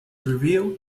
revealed